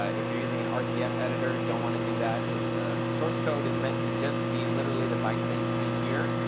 ah if you're using an rtf editor, you don't want to do that. because source code is meant to just be literally the bytes that you see here.